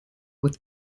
with